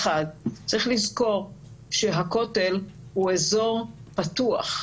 האחד, צריך לזכור שהכותל הוא אזור פתוח.